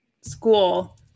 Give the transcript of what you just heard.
school